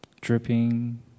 Dripping